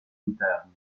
interni